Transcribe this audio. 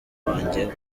wanjye